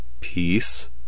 peace